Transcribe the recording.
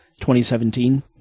2017